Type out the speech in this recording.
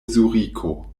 zuriko